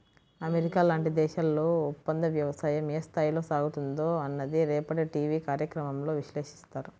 America లాంటి దేశాల్లో ఒప్పందవ్యవసాయం ఏ స్థాయిలో సాగుతుందో అన్నది రేపటి టీవీ కార్యక్రమంలో విశ్లేషిస్తారు